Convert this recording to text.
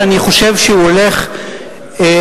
ואני חושב שהוא הולך ומתעצם,